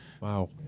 Wow